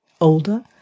older